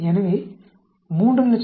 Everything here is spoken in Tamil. எனவே 384